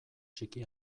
txiki